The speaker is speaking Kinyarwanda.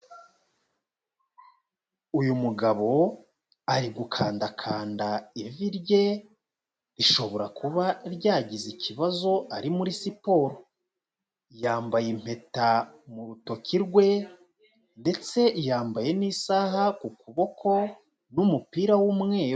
Uyu mugabo ari gukandakanda ivi rye, rishobora kuba ryagize ikibazo ari muri siporo, yambaye impeta mu rutoki rwe ndetse yambaye n'isaha ku kuboko n'umupira w'umweru.